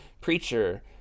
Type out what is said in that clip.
preacher